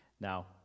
Now